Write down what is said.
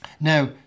Now